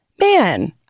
man